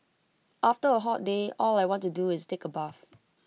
after A hot day all I want to do is take A bath